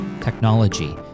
technology